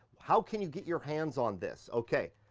how can you get your hands on this? okay,